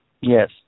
Yes